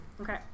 Okay